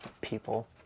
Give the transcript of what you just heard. people